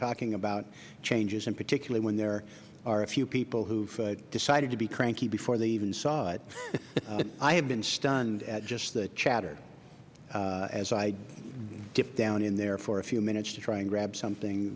talking about changes and particularly when there are a few people who had decided to be cranky before they had even seen it i have been stunned at just the chatter as i dip down in there for a few minutes to try and grab something